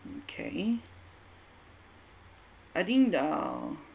okay I think the